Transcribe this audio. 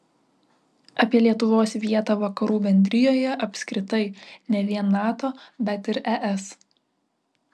apie lietuvos vietą vakarų bendrijoje apskritai ne vien nato bet ir es